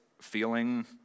feeling